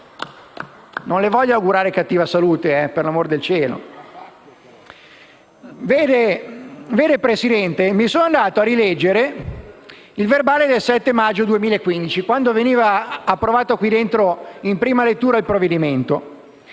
Non le voglio augurare cattiva salute, per amor del cielo. Vede, Presidente, sono andato a rileggere i Resoconti del 7 maggio 2015 quando in questa sede veniva approvato in prima lettura il provvedimento.